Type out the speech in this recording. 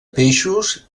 peixos